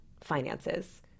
finances